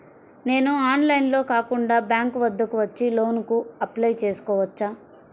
నేను ఆన్లైన్లో కాకుండా బ్యాంక్ వద్దకు వచ్చి లోన్ కు అప్లై చేసుకోవచ్చా?